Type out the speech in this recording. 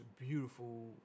beautiful